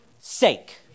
sake